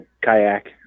kayak